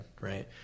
right